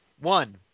One